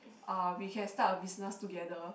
uh we can start a business together